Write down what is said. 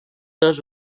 dos